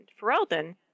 Ferelden